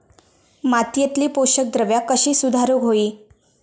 मातीयेतली पोषकद्रव्या कशी सुधारुक होई?